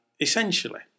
essentially